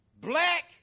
black